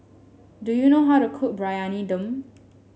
do you know how to cook Briyani Dum